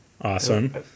Awesome